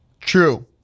True